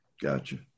Gotcha